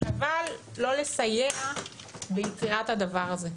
אבל לא לסייע ביצירת הדבר הזה.